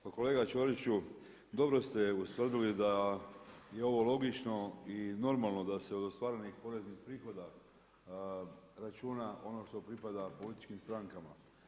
Pa kolega Ćoriću dobro ste ustvrdili da je ovo logično i normalno da se od ostvarenih poreznih prihoda računa ono što pripada političkim strankama.